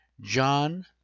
John